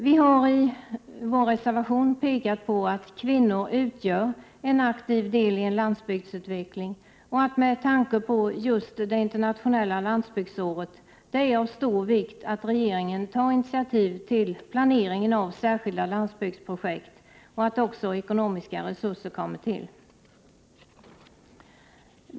Vi har i vår reservation framhållit att kvinnor utgör en aktiv del i en landsbygdsutveckling och att det med tanke på just det internationella landsbygdsåret är av stor vikt att regeringen tar initiativ till planeringen av särskilda landsbygdsprojekt, samt att också ekonomiska resurser kommer till.